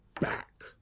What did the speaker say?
back